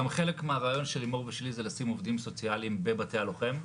גם חלק מהרעיון של לימור ושלי זה לשים עובדים סוציאליים בבתי הלוחם.